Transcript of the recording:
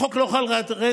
החוק לא חל רטרואקטיבית.